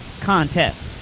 contest